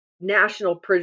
national